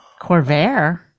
Corvair